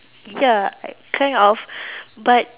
ya like kind of but